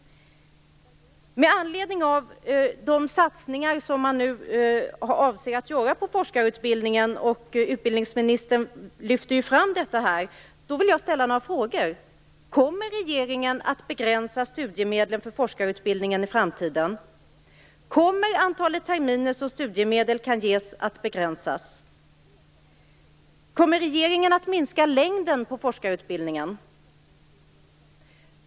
Med anledning av de satsningar som man nu avser att göra på forskarutbildningen - utbildningsministern lyfte fram detta - vill jag ställa några frågor: Kommer regeringen att begränsa studiemedlen för forskarutbildningen i framtiden? Kommer antalet terminer som studiemedel kan ges att begränsas? Kommer regeringen att minska längden på forskarutbildningen?